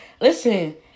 Listen